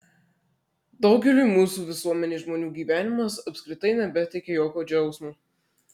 daugeliui mūsų visuomenės žmonių gyvenimas apskritai nebeteikia jokio džiaugsmo